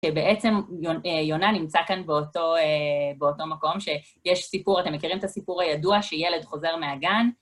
שבעצם יונה נמצא כאן באותו מקום, שיש סיפור, אתם מכירים את הסיפור הידוע שילד חוזר מהגן?